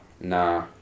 Nah